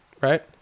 right